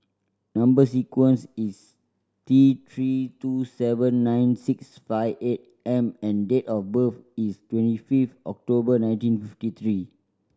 number sequence is T Three two seven nine six five eight M and date of birth is twenty fifth October nineteen fifty three